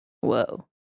Whoa